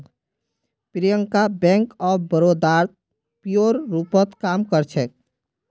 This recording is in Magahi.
प्रियंका बैंक ऑफ बड़ौदात पीओर रूपत काम कर छेक